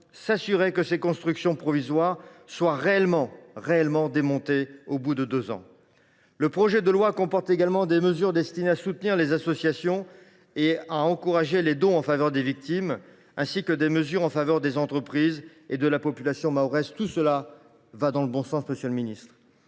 s’assurer que ces constructions provisoires seront réellement démontées au bout de deux ans. Le projet de loi comporte également des mesures destinées à soutenir les associations et à encourager les dons en faveur des victimes, ainsi que des mesures en faveur des entreprises et de la population mahoraises. Tout cela, monsieur le ministre,